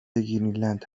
گرینلند